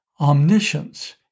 omniscience